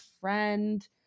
friend